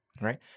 right